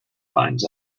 finds